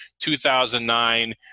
2009